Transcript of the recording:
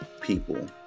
people